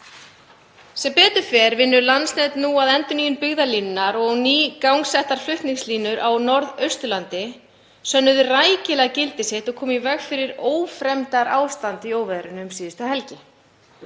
Sem betur fer vinnur Landsnet nú að endurnýjun byggðalínunnar og nýgangsettar flutningslínur á Norðausturlandi sönnuðu rækilega gildi sitt og komu í veg fyrir ófremdarástand í óveðrinu um síðustu helgi.